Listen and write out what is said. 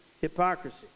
hypocrisy